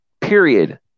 period